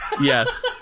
Yes